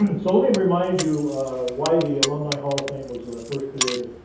um so let me remind you why the alumni hall of fame was first created.